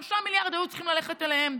3 מיליארד היו צריכים ללכת אליהם.